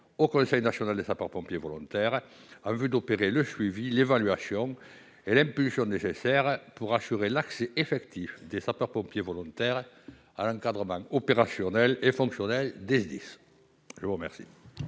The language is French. au Conseil national des sapeurs-pompiers volontaires en vue d'opérer le suivi, l'évaluation et l'impulsion nécessaire, pour assurer l'accès effectif des sapeurs-pompiers volontaires à l'encadrement opérationnel et fonctionnel des SDIS. L'amendement